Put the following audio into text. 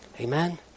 Amen